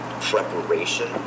preparation